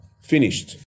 finished